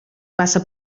passa